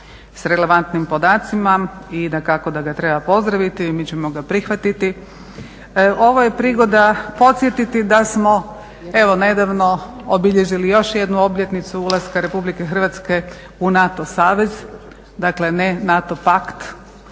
s relevantnim podacima i dakako da ga treba pozdraviti i mi ćemo ga prihvatiti. Ovo je prigoda podsjetiti da smo evo nedavno obilježili još jednu obljetnicu ulaska Republike Hrvatske u NATO savez, dakle ne NATO pakt